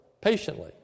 patiently